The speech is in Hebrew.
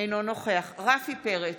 אינו נוכח רפי פרץ,